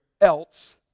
else